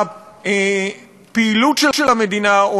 הפעילות של המדינה,